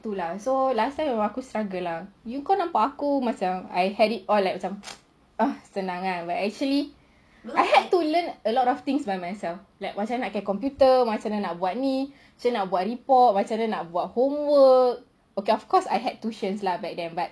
tu lah so last time aku struggle ah kau nampak aku macam I had it all like some uh macam senang but actually I had to learn a lot of things by myself like macam mana nak pakai computer macam mana nak buat ni nak buat report macam mana nak buat homework okay of course I had tuitions lah back then but